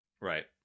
Right